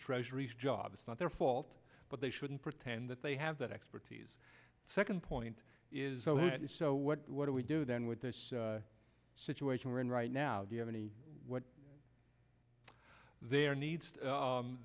treasury's job it's not their fault but they shouldn't pretend that they have that expertise second point is how it is so what do we do then with this situation we're in right now do you have any what their needs